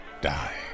die